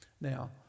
Now